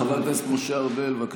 חבר הכנסת משה ארבל, בבקשה.